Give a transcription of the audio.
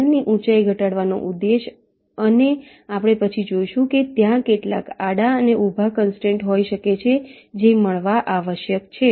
ચેનલની ઊંચાઈ ઘટાડવાનો ઉદ્દેશ્ય અને આપણે પછી જોઈશું કે ત્યાં કેટલીક આડા અને ઊભા કનસ્ટ્રેન્ટ હોઈ શકે છે જે મળવા આવશ્યક છે